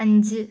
അഞ്ച്